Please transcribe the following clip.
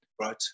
Right